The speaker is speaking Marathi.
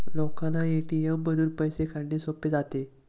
लोकांना ए.टी.एम मधून पैसे काढणे सोपे जाते